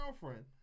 girlfriend